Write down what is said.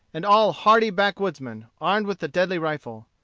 and all hardy backwoodsmen, armed with the deadly rifle.